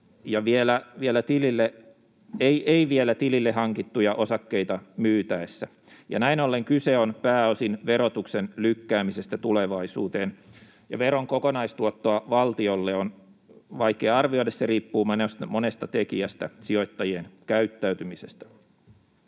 ei vielä tilille hankittuja osakkeita myytäessä. Näin ollen kyse on pääosin verotuksen lykkäämisestä tulevaisuuteen. Veron kokonaistuottoa valtiolle on vaikea arvioida. Se riippuu monesta tekijästä, sijoittajien käyttäytymisestä.